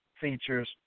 features